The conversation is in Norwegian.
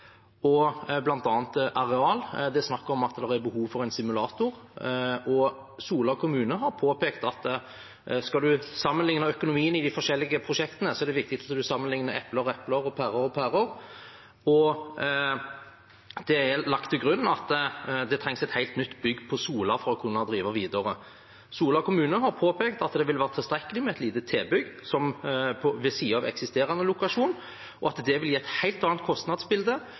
areal. Det er snakk om at det er behov for en simulator. Sola kommune har påpekt at skal en sammenligne økonomien i de forskjellige prosjektene, er det viktig å sammenligne epler og epler og pærer og pærer, og det er lagt til grunn at det trengs et helt nytt bygg på Sola for å kunne drive videre. Sola kommune har påpekt at det vil være tilstrekkelig med et lite tilbygg ved siden av eksisterende lokasjon, og at det vil gi et helt annet kostnadsbilde.